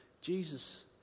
Jesus